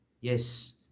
yes